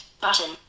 Button